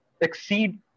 exceed